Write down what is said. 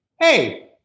hey